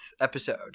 episode